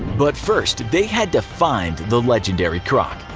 but first they had to find the legendary croc,